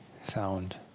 found